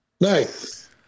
Nice